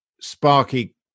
sparky